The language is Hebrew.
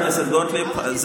חברת הכנסת גוטליב.